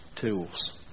tools